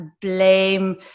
blame